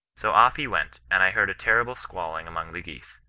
so off he went, and i heard a terrible squalling among the geese.